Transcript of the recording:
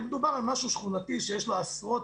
דובר על משהו שכונתי שיש לו עשרות,